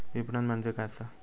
विपणन म्हणजे काय असा?